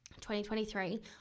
2023